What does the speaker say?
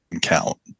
count